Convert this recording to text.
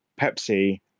Pepsi